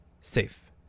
safe